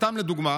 סתם לדוגמה,